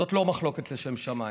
זאת לא מחלוקת לשם שמיים.